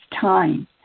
time